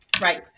Right